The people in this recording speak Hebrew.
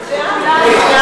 אפשר,